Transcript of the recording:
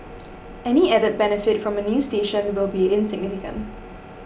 any added benefit from a new station will be insignificant